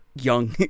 young